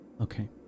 Okay